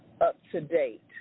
up-to-date